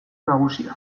nagusia